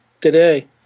today